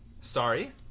Sorry